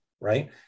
Right